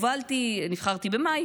נבחרתי במאי,